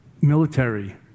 military